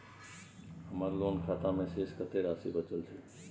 हमर लोन खाता मे शेस कत्ते राशि बचल छै?